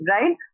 right